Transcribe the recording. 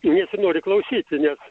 nesinori klausyti net